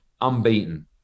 unbeaten